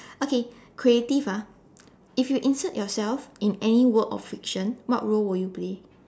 okay creative ah if you insert yourself in any work of fiction what role will you play